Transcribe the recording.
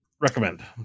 Recommend